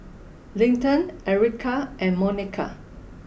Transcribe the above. Linton Ericka and Monika